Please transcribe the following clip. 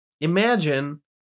Imagine